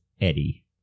Eddie